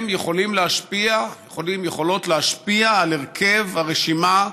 הם יכולים ויכולות להשפיע על הרכב הרשימה,